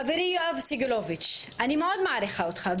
חברי יואב סגלוביץ' אני מאוד מעריכה אותך,